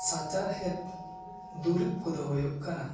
ᱥᱟᱪᱟᱨᱦᱮᱫ ᱫᱩᱨᱤᱵᱽ ᱠᱚ ᱫᱚ ᱦᱩᱭᱩᱜ ᱠᱟᱱᱟ